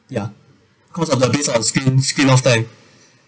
ya because of the list of screen screen off time